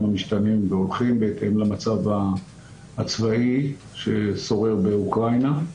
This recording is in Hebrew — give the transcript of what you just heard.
המשתנים והולכים בהתאם למצב הצבאי ששורר באוקראינה.